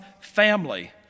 family